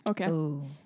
okay